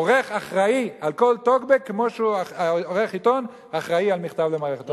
עורך אחראי על כל טוקבק כמו שעורך עיתון אחראי על מכתב למערכת.